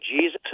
Jesus